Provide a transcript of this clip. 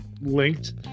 linked